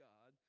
God